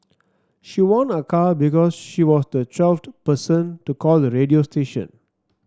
she won a car because she was the twelfth person to call the radio station